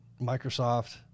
Microsoft